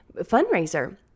fundraiser